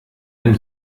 ein